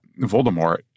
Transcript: Voldemort